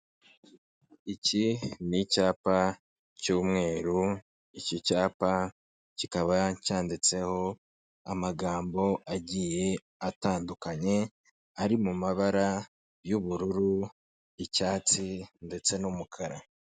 Icyapa cyerekana serivisi zitangwa n'ikigo cyitwa buritamu. Turimo turabonamo ko buritamu ari ubwishingizi bwo kwivuza buhendutse, bwagenewe ibigo bitandukanye harimo ibigo bito, ibigo by'imari, sako n'amakoperative, ibigo bya leta, ibigo by'amashuri, ibigo by'abihayeyimana ndetse n'ubundi buryo butandukanye. Ushobora kuba udafite ubwishingizi, ushobora kwibaza uburyo wakwivuza ariko buritamo ni igisubizo cyawe, kugira ngo ube wakwivuza kandi nawe ku giti cyawe wabigeraho.